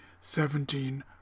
seventeen